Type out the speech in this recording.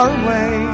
away